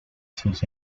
sus